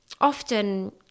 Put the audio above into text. often